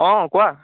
অঁ কোৱা